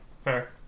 Fair